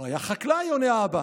הוא היה חקלאי, עונה האבא.